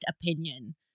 opinion